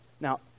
Now